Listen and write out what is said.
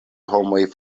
homoj